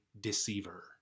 deceiver